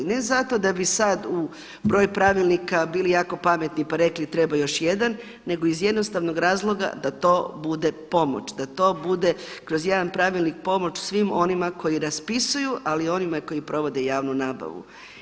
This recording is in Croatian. Ne zato da bi sad u broju pravilnika bili jako pametni pa rekli treba još jedan, nego iz jednostavnog razloga da to bude pomoć, da to bude kroz jedan pravilnik pomoć svim onima koji raspisuju ali i onima koji provode javnu nabavu.